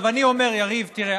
אני אומר, יריב, תראה.